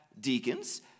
deacons